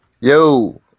Yo